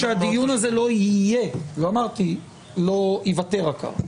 כדי שהדיון לא יהיה, לא אמרתי לא יוותר עקר.